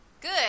Good